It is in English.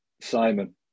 Simon